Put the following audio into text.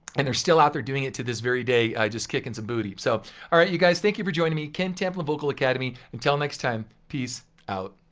and they're still out there doing it to this very day just kickin' some booty. so alright you guys thank you for joining me. ken tamplin vocal academy until next time peace out.